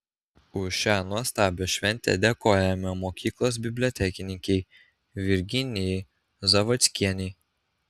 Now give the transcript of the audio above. už šią nuostabią šventę dėkojame mokyklos bibliotekininkei virginijai zavadskienei